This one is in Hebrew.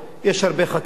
יש הרבה חקירות